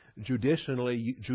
Judicially